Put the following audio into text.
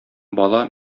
бала